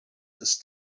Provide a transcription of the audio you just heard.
ist